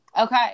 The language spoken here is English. Okay